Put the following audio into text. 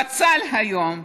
בצל, היום,